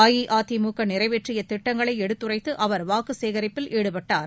அஇஅதிமுக நிறைவேற்றிய திட்டங்களை எடுத்துரைத்து அவர் வாக்கு சேகரிப்பில் ஈடுபட்டார்